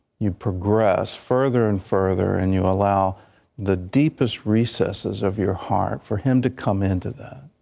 you progress further and further and you allow the deepest recesses of your hard for him to come into that.